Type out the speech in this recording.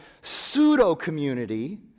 pseudo-community